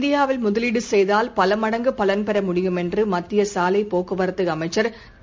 இந்தியாவில் முதலீடுசெய்தால் பலமடங்குபலன் பெற முடியும் என்றுமத்தியசாவைப் போக்குவரத்துஅமைச்சர் திரு